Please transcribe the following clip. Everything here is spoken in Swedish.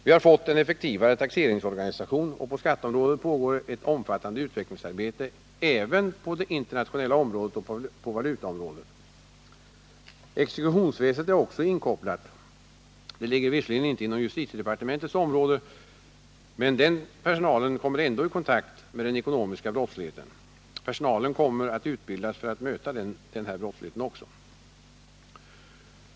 Vi har fått en effektivare taxeringsorganisation, och på skatteområdet pågår ett omfattande utvecklingsarbete — även på det internationella området och på valutaområdet. Exekutionsväsendet är också inkopplat. Det ligger visserligen inte inom justitiedepartementets område, men den personalen kommer ändå i kontakt med den ekonomiska brottsligheten. Personalen kommer att utbildas för att möta just denna brottslighet.